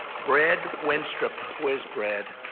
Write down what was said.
brad winstrop, where is brad?